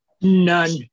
None